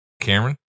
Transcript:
Cameron